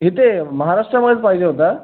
इथे महाराष्ट्रामध्येच पाहिजे होता